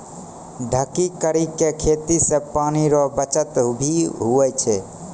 ढकी करी के खेती से पानी रो बचत भी हुवै छै